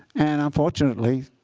and unfortunately,